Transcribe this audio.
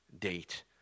date